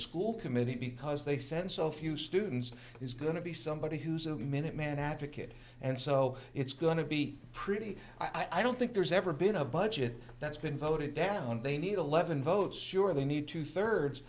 committee because they send so few students is going to be somebody who's a minuteman advocate and so it's going to be pretty i don't think there's ever been a budget that's been voted down they need eleven votes sure they need two thirds